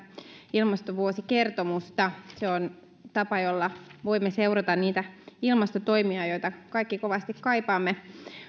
ilmastovuosikertomusta se on tapa jolla voimme seurata niitä ilmastotoimia joita kaikki kovasti kaipaamme